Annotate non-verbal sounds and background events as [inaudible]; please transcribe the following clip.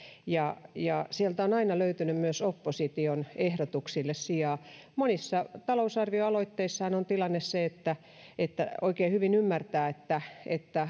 ja ja sieltä on aina löytynyt myös opposition ehdotuksille sijaa monissa talousarvioaloitteissahan on tilanne se minkä oikein hyvin ymmärtää että että [unintelligible]